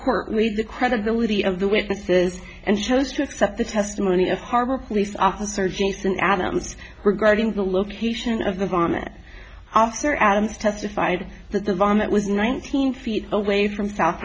record lead the credibility of the witnesses and chose to accept the testimony of harbor police officer jason adams regarding the location of the vomit after adams testified that the vomit was nineteen feet away from south